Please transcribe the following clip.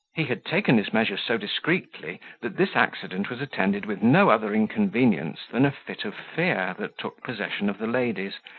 he had taken his measures so discreetly, that this accident was attended with no other inconvenience than a fit of fear that took possession of the ladies,